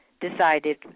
decided